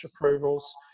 approvals